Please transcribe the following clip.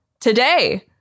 today